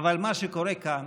אבל מה שקורה כאן